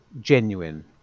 genuine